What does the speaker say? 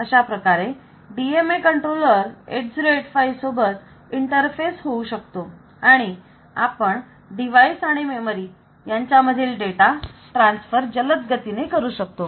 अशाप्रकारे DMA controller 8085 सोबत interface होऊ शकतो आणि आपण डिवाइस आणि मेमरी यांच्यामधील डेटा ट्रान्सफर जलद गतीने करू शकतो